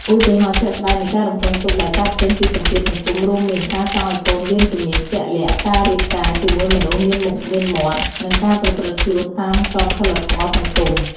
ឧទាហរណ៍ជាក់ស្ដែងនៃការរំពឹងទុកដែលកើតចេញពីសម្ពាធសង្គមរួមមាន ការចង់ឲ្យកូនរៀនជំនាញជាក់លាក់ ការរៀបការជាមួយមនុស្សមានមុខមានមាត់ និងការប្រព្រឹត្តខ្លួនតាមក្រមសីលធម៌សង្គម។